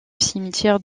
cimetière